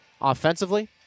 offensively